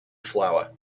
flour